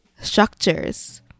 structures